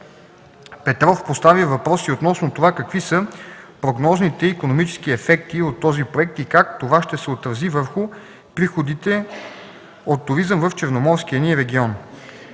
Петров постави въпрос и относно това какви са прогнозните икономически ефекти от този проект и как това ще се отрази върху приходите от туризъм в Черноморския ни регион.